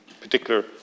particular